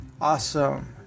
Awesome